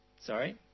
Sorry